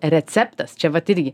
receptas čia vat irgi